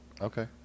okay